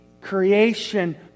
creation